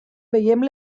veiem